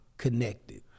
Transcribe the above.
Connected